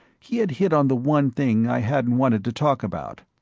he had hit on the one thing i hadn't wanted to talk about.